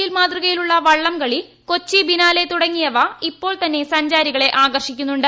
L മാതൃകയിലുള്ള വള്ളംകളി മൽസരം കൊച്ചി ഫിനാലെ തുടങ്ങിയവ ഇപ്പോൾ തന്നെ സഞ്ചാരികളെ ആകർഷിക്കുന്നുണ്ട്